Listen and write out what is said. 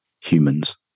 humans